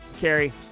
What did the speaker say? Carrie